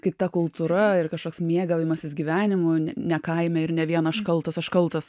kita kultūra ir kažkoks mėgavimasis gyvenimu ne kaime ir ne vien aš kaltas aš kaltas